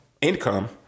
income